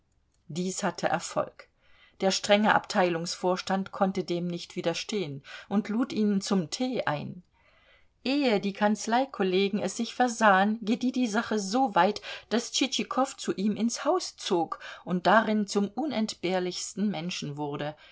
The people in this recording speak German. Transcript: dies hatte erfolg der strenge abteilungsvorstand konnte dem nicht widerstehen und lud ihn zum tee ein ehe die kanzleikollegen es sich versahen gedieh die sache so weit daß tschitschikow zu ihm ins haus zog und darin zum unentbehrlichsten menschen wurde